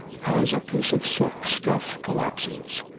as a piece of silk stuff collapses.